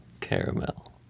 caramel